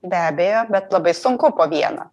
be abejo bet labai sunku po vieną